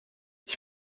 ich